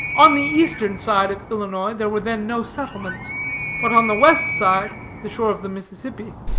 on the eastern side of illinois there were then no settlements but on the west side, the shore of the mississippi,